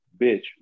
bitch